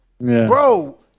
Bro